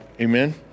amen